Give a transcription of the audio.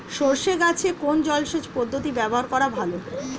সরষে গাছে কোন জলসেচ পদ্ধতি ব্যবহার করা ভালো?